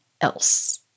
else